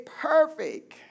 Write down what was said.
perfect